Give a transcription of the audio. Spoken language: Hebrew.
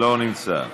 לא נמצא,